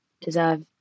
deserve